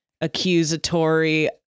accusatory